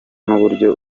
n’uburyo